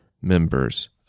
members